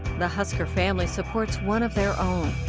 the husker family supports one of their own,